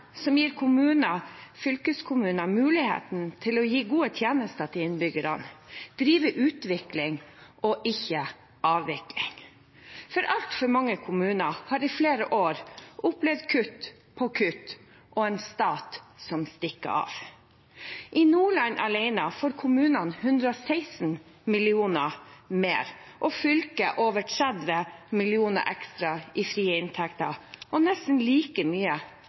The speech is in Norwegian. som gir kommuner og fylkeskommuner muligheten til å gi gode tjenester til innbyggerne og drive utvikling, ikke avvikling. Altfor mange kommuner har i flere år opplevd kutt på kutt og en stat som stikker av. I Nordland alene får kommunene 116 mill. kr mer og fylket over 30 mill. kr ekstra i frie inntekter og nesten like mye